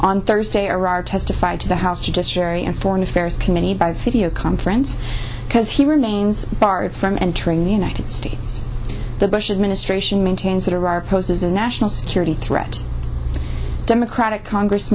on thursday arar testified to the house judiciary and foreign affairs committee by fia conference because he remains barred from entering the united states the bush administration maintains that arar poses a national security threat democratic congress